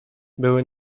były